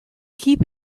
keep